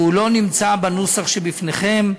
והוא לא נמצא בנוסח שבפניכם.